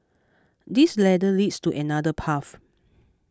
this ladder leads to another path